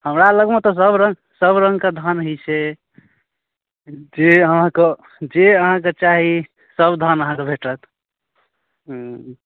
हमरालग तऽ सबरङ्ग सबरङ्गके धान होइ छै जे अहाँके जे अहाँके चाही सब धान अहाँके भेटत हुँ